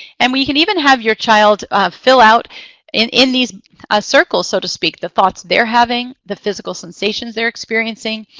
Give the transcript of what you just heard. and we can even have your child fill out in in these ah circles, so to speak, the thoughts they're having, the physical sensations they're experiencing,